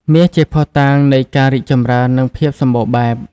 មាសជាភស្តុតាងនៃការរីកចម្រើន និងភាពសម្បូរបែប។